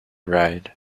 ride